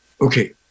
okay